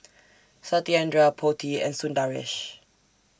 Satyendra Potti and Sundaresh